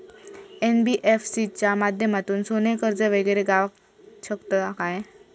NBFC च्या माध्यमातून सोने कर्ज वगैरे गावात शकता काय?